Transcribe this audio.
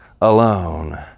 alone